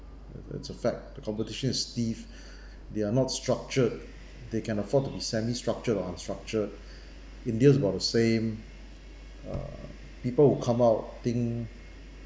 it's a fact the competition is stiff they are not structured they can afford to be semi structured or unstructured india is about the same uh people would come out think